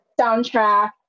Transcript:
soundtrack